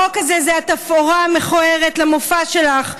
החוק הזה הוא התפאורה המכוערת למופע שלך,